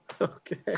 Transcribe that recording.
Okay